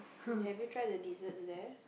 have you tried the desserts there